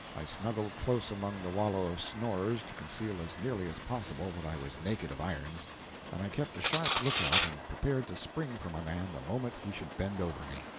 i snuggled close among the wallow of snorers, to conceal as nearly as possible that i was naked of irons and i kept a sharp lookout and prepared to spring for my man the moment he should bend over me.